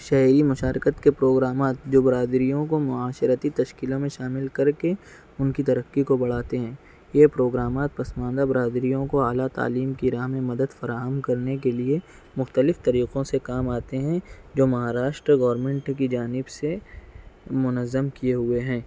شیعی مشارکت کے پروگرامات جو برادریوں کو معاشرتی تشکیلوں میں شامل کر کے ان کی ترقی کو بڑھاتے ہیں یہ پروگرامات پس ماندہ برادریوں کو اعلیٰ تعلیم کی راہ میں مدد فراہم کرنے کے لیے مختلف طریقوں سے کام آتے ہیں جو مہاراشٹر گورنمنٹ کی جانب سے منظم کیے ہوئے ہیں